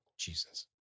Jesus